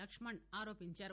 లక్ష్మణ్ ఆరోపించారు